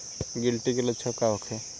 गिलटी के लक्षण का होखे?